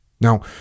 Now